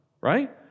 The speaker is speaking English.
right